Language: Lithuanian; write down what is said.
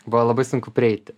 buvo labai sunku prieiti